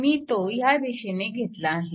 मी तो ह्या दिशेने घेतला आहे